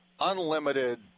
unlimited